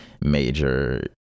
major